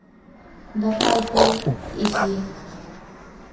ᱫᱟᱠᱟ ᱩᱛᱩ ᱤᱥᱤᱱ